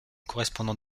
correspondant